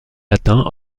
latins